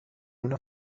una